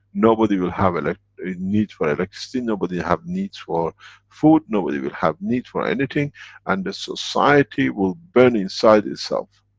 nobody will have elec. need for electricity, nobody have need for food, nobody will have need for anything and the society will burn inside itself.